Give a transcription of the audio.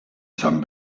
san